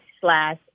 slash